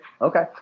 Okay